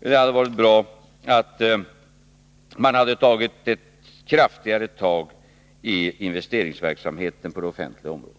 men det hade varit värdefullt om man tagit ett kraftigare tag i investeringsverksamheten på det offentliga området.